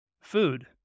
food